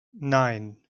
nein